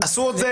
עשו את זה?